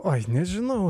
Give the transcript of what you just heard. oi nežinau